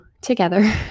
together